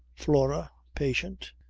flora, patient,